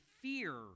fear